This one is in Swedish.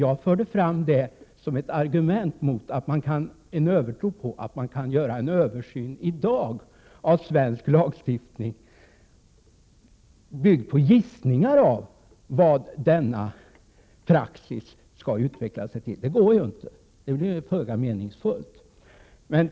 Jag förde fram det som ett argument mot en övertro på att man i dag kan göra en översyn av svensk lagstiftning, byggd på gissningar av vad denna praxis skall utvecklas till. Det går inte och vore föga meningsfullt.